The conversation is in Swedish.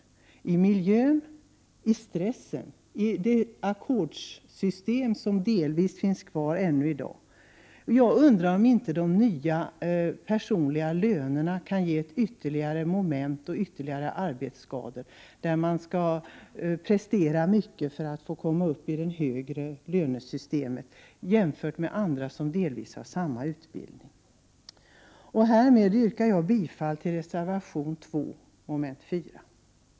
Det är miljön, stressen och det ackordssystem som delvis finns kvar ännu i dag. Jag undrar om inte de nya personliga lönerna kan ge ett ytterligare stressmoment och ytterligare arbetsskador, när man skall prestera mycket för att komma upp i högre lönegrader jämfört med andra som delvis har samma utbildning. Härmed yrkar jag bifall till reservation 2, som gäller mom. 4 i utskottets hemställan.